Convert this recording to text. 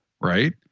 right